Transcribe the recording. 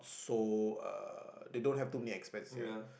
so uh they don't have too many expats here